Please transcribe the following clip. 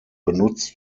benutzt